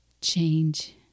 change